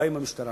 ובהם המשטרה,